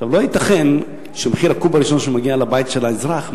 לא ייתכן שמחיר הקוב הראשון שמגיע לבית של אזרח,